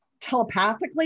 telepathically